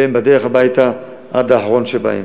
והם בדרך הביתה עד האחרון שבהם.